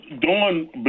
Dawn